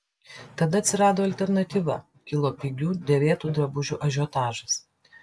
tada atsirado alternatyva kilo pigių dėvėtų drabužių ažiotažas